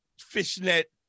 fishnet